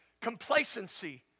complacency